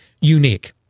unique